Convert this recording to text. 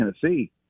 Tennessee